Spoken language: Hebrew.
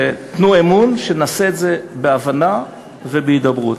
תנו אמון שנעשה את זה בהבנה ובהידברות,